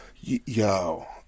Yo